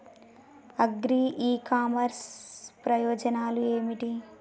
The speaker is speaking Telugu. అగ్రి ఇ కామర్స్ ప్రయోజనాలు ఏమిటి?